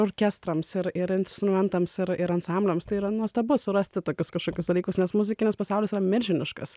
orkestrams ir ir instrumentams ir ir ansambliams tai yra nuostabu surasti tokius kažkokius dalykus nes muzikinis pasaulis milžiniškas